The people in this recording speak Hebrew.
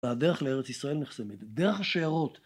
והדרך לארץ ישראל נחסמת, דרך השיירות.